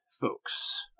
folks